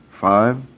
five